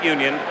Union